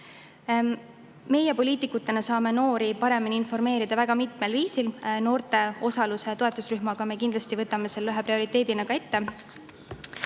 Meie poliitikutena saame noori paremini informeerida väga mitmel viisil. Noorte osaluse toetusrühmaga me kindlasti võtame selle ühe prioriteedina ka ette.